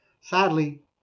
Sadly